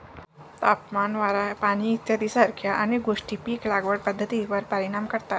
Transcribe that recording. तापमान, वारा, पाणी इत्यादीसारख्या अनेक गोष्टी पीक लागवड पद्धतीवर परिणाम करतात